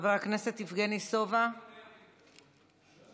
חבר הכנסת יבגני סובה, ויתרת?